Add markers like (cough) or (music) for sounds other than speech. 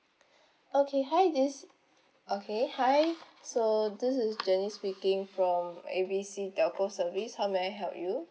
(breath) okay hi this okay hi so this is jenny speaking from A B C telco service how may I help you